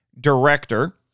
director